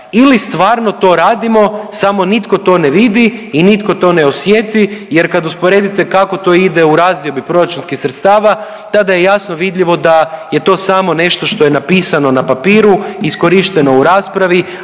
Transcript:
ili stvarno to radimo samo nitko to ne vidi i nitko to ne osjeti jer kad usporedite kako to ide u razdiobi proračunskih sredstava tada je jasno vidljivo da je to samo nešto što je napisano na papiru, iskorišteno u raspravi,